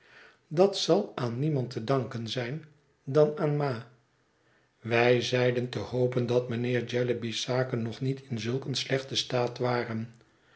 dat zal aan niemand te danken zijn dan aan ma wij zeiden te hopen dat mijnheer jellyby's zaken nog niet in zulk een slechten staat waren